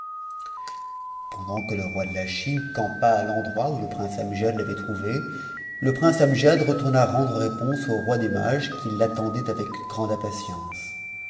pendant que le roi de la chine campa à endroit où le prince amsiaj l'avait trouvé le prince amgiad retourna rendre réponse au roi des mages qui l'attendait avec grande impatience